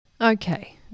Okay